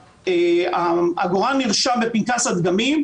העגורן נרשם בפנקס הדגמים,